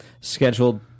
Scheduled